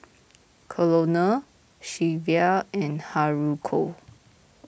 Colonel Shelvia and Haruko